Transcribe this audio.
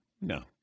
No